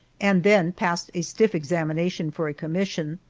and then passed a stiff examination for a commission.